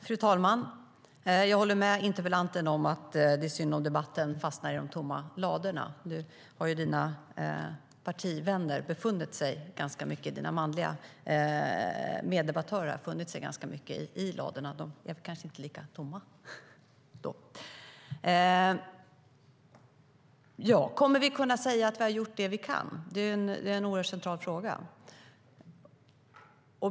Fru talman! Jag håller med interpellanten om att det är synd om debatten fastnar i de tomma ladorna. Där har ju dina partivänner - dina manliga meddebattörer - uppehållit sig ganska mycket, så de är kanske inte lika tomma då. Kommer vi att kunna säga att vi har gjort det vi kan? Det är en central fråga.